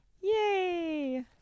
Yay